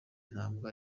ntabwo